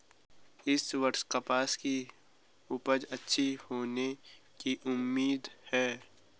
इस वर्ष कपास की उपज अच्छी होने की उम्मीद है